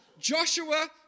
Joshua